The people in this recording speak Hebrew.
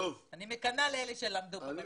אני מקנא באלה שלמדו פה.